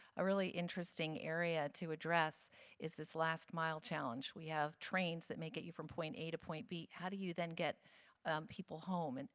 a really interesting area to address is this last-mile challenge. we have trains that may get you from point a to point b. how do you then get people home? and